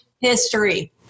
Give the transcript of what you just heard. history